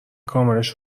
کاملش